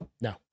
No